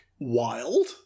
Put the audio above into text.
wild